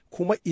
Kuma